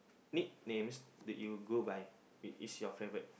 nicknames do you go by which is your favorite